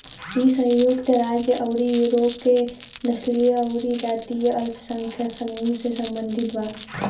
इ संयुक्त राज्य अउरी यूरोप में नस्लीय अउरी जातीय अल्पसंख्यक समूह से सम्बंधित बा